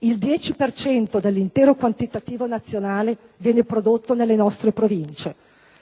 il 10 per cento dell'intero quantitativo nazionale viene prodotto nelle nostre province.